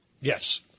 Yes